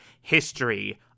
history